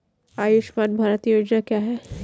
आयुष्मान भारत योजना क्या है?